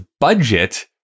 budget